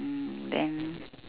mm then